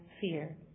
fear